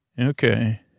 Okay